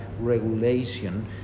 regulation